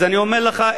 אז אני אומר לך.